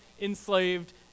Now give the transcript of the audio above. enslaved